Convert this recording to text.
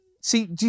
See